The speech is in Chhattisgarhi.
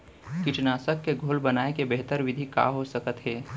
कीटनाशक के घोल बनाए के बेहतर विधि का हो सकत हे?